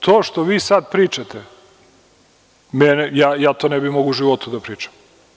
To što vi sada pričate, ja to ne bih mogao u životu da pričam.